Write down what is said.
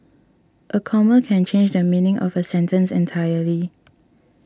a comma can change the meaning of a sentence entirely